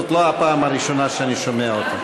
זאת לא הפעם הראשונה שאני שומע אותו.